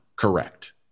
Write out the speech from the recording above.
correct